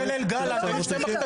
יום אחרי ליל גל אני רוצה מכת"זיות,